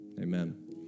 amen